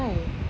why